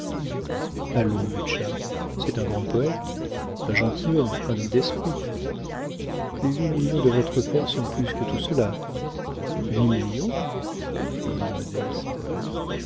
butscha c'est un grand poëte un gentilhomme un homme d'esprit les huit millions de votre père sont plus que tout cela huit millions dit modeste